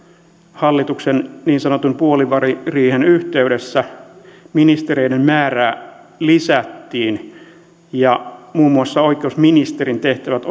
hallituksen niin sanotun puoliväliriihen yhteydessä ministereiden määrää lisättiin ja muun muassa oikeusministerin tehtävät